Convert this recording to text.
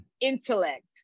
intellect